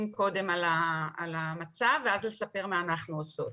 קודם כל על המצב ואז לספר לכם מה אנחנו עושות.